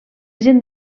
gent